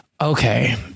okay